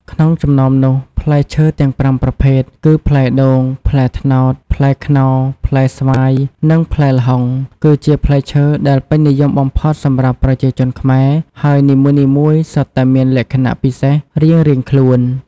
ក្នុងចំណោមនោះ ផ្លែឈើទាំងប្រាំប្រភេទគឺ ផ្លែដូង ផ្លែត្នោត ផ្លែខ្នុរ ផ្លែស្វាយ និងផ្លែល្ហុង គឺជាផ្លែឈើដែលពេញនិយមបំផុតសម្រាប់ប្រជាជនខ្មែរ ហើយនីមួយៗសុទ្ធតែមានលក្ខណៈពិសេសរៀងៗខ្លួន។